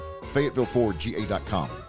FayettevilleFordGA.com